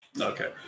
okay